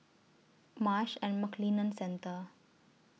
Marsh and McLennan Centre